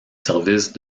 service